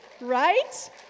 Right